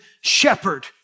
shepherd